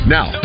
Now